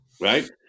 Right